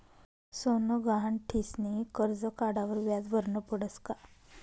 सोनं गहाण ठीसनी करजं काढावर व्याज भरनं पडस का?